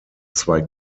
zwei